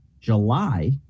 July